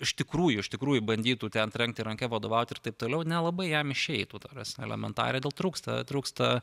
iš tikrųjų iš tikrųjų bandytų ten trenkti ranka vadovauti ir taip toliau nelabai jam išeitų ta prasme elementariai dėl trūksta trūksta